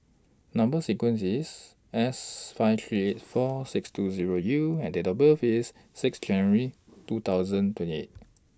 Number sequence IS S five three eight four six two Zero U and Date of birth IS six January two thousand twenty eight